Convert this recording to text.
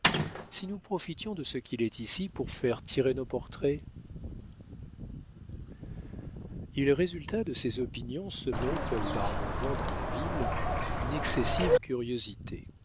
si nous profitons de ce qu'il est ici pour faire tirer nos portraits il résulta de ces opinions semées comme par le vent dans la ville une excessive curiosité